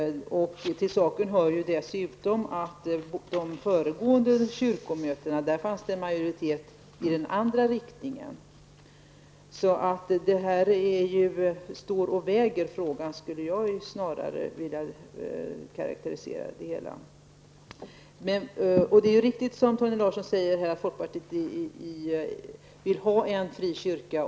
Till saken hör dessutom att det på de föregående kyrkomötena fanns en majoritet i den andra riktningen. Jag skulle därför snarare vilja säga att frågan står och väger. Det är riktigt som Torgny Larsson säger, att folkpartiet vill ha en fri kyrka.